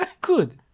Good